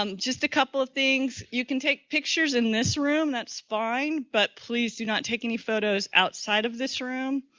um just a couple of things, you can take pictures in this room. that's fine, but please do not take any photos outside of this room.